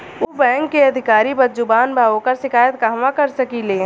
उ बैंक के अधिकारी बद्जुबान बा ओकर शिकायत कहवाँ कर सकी ले